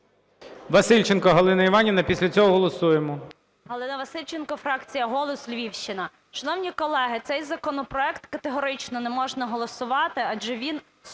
Васильченко Галина Іванівна. Після цього голосуємо.